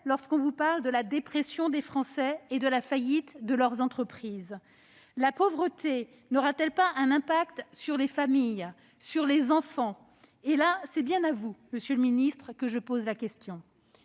lorsqu'on vous parle de la dépression des Français et de la faillite de leurs entreprises ? La pauvreté n'aura-t-elle pas un impact sur les familles, sur les enfants ? Cette fois-ci, c'est bien à vous que je pose la question